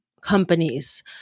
companies